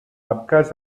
abkhaz